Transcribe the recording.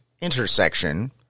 intersection